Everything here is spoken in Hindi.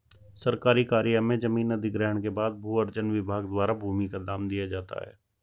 सरकारी कार्य में जमीन अधिग्रहण के बाद भू अर्जन विभाग द्वारा भूमि का दाम दिया जाता है